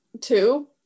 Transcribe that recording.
two